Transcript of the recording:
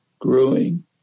growing